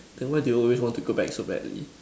then why do you always want to go back so badly